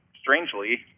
strangely